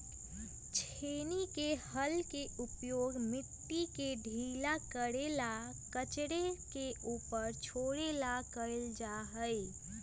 छेनी के हल के उपयोग मिट्टी के ढीला करे और कचरे के ऊपर छोड़े ला कइल जा हई